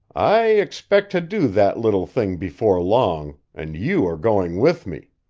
i expect to do that little thing before long, and you are going with me,